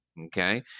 Okay